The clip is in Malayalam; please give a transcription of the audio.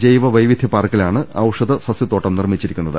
ജൈവ വൈവിധ്യ പാർക്കിലാണ് ഔഷധ സസ്യത്തോട്ടം നിർമിച്ചിരിക്കുന്നത്